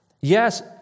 Yes